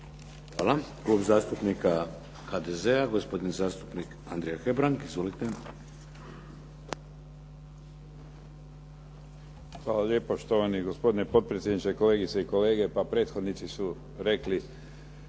Hvala. Klub zastupnika HDZ-a gospodin zastupnik Andrija Hebrang. Izvolite. **Hebrang, Andrija (HDZ)** Hvala lijepo. Štovani gospodine potpredsjedniče, kolegice i kolege. Pa prethodnici su rekli